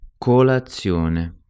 Colazione